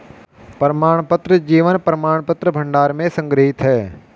प्रमाणपत्र जीवन प्रमाणपत्र भंडार में संग्रहीत हैं